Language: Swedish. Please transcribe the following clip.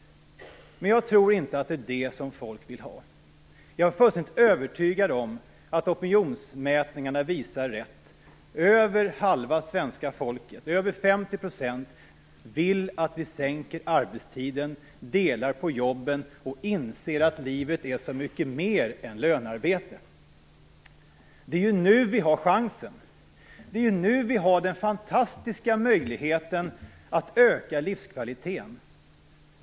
Men jag tror inte att det är det som folk vill ha. Jag är fullständigt övertygad om att opinionsmätningarna visar rätt, att över 50 % av svenska folket vill att vi sänker arbetstiden, delar på jobben och inser att livet är så mycket mer än lönearbete. Det är nu vi har chansen. Det är nu vi har den fantastiska möjligheten att öka livskvaliteten.